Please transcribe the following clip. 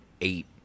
eight